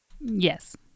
yes